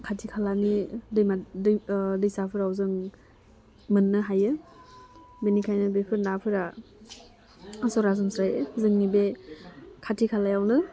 खाथि खालानि दैमा दैसाफोराव जों मोननो हायो बेनिखायनो बेफोर नाफोरा सरासनस्रायै जोंनि बे खाथि खालायावनो